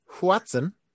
Watson